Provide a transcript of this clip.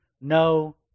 no